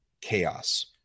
chaos